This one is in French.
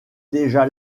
déjà